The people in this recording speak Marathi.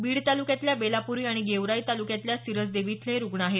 बीड तालुक्यातल्या बेलापुरी आणि गेवराई तालुक्यातल्या सिरसदेवी इथले हे रुग्ण आहेत